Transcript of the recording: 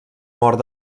mort